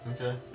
Okay